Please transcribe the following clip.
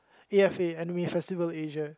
A F A Anime Festival Asia